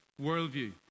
worldview